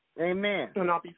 Amen